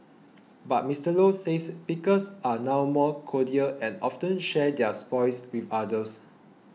but Mister Low says pickers are now more cordial and often share their spoils with others